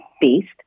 beast